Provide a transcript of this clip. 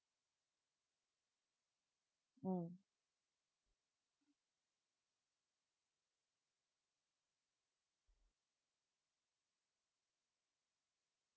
mm